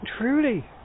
Truly